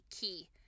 key